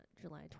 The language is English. July